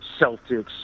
Celtics